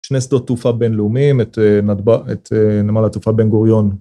שני שדות תעופה בינלאומיים, את נתבג נמל התעופה בן גוריון.